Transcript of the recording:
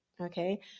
okay